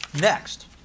Next